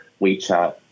WeChat